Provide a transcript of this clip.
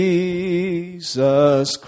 Jesus